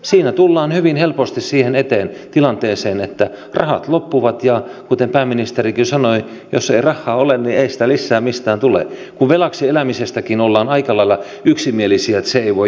siinä tullaan hyvin helposti siihen tilanteeseen että rahat loppuvat ja kuten pääministerikin sanoi jos ei rahhaa ole niin ei sitä lissää mistään tule kun velaksi elämisestäkin ollaan aika lailla yksimielisiä että se ei voi jatkua